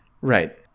Right